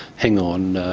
hang on,